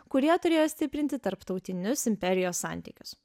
kurie turėjo stiprinti tarptautinius imperijos santykius